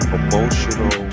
emotional